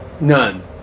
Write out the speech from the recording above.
None